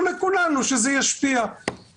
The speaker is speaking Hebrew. אבל לא בהכרח עד כמה משקאות דיאט מזיקים,